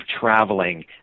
traveling